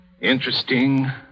Interesting